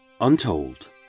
untold